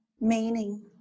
Meaning